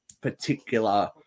particular